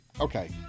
Okay